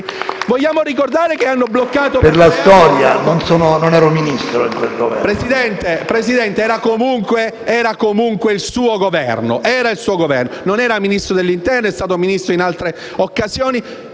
per la storia: non ero Ministro in quel Governo.